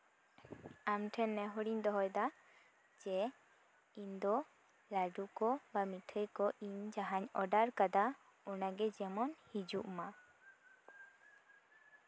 ᱟᱢ ᱴᱷᱮᱱ ᱱᱮᱦᱚᱨ ᱤᱧ ᱫᱚᱦᱚᱭ ᱫᱟ ᱡᱮ ᱤᱧ ᱫᱚ ᱞᱟᱹᱰᱩ ᱠᱚ ᱵᱟ ᱢᱤᱴᱷᱟᱹᱭ ᱠᱚ ᱤᱧ ᱡᱟᱦᱟᱧ ᱚᱰᱟᱨ ᱠᱟᱫᱟ ᱚᱱᱟᱜᱮ ᱡᱮᱢᱚᱱ ᱦᱤᱡᱩᱜ ᱢᱟ